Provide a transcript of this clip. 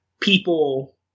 people